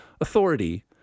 authority